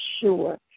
sure